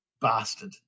Bastard